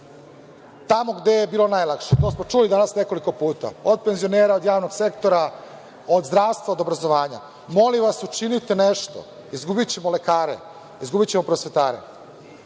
tamo gde je bilo najlakše. To smo čuli danas nekoliko puta – od penzionera, od javnog sektora, od zdravstva, od obrazovanja. Molim vas, učinite nešto, izgubićemo lekare, izgubićemo prosvetare.